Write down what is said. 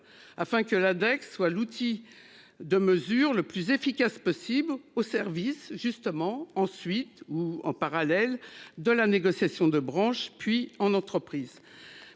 afin que l'ADEC soit l'outil de mesure le plus efficace possible au service justement ensuite ou en parallèle de la négociation de branche puis en entreprise.